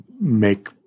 make